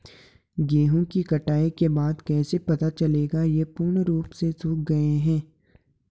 गेहूँ की कटाई के बाद कैसे पता चलेगा ये पूर्ण रूप से सूख गए हैं?